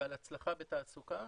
ועל הצלחה בתעסוקה.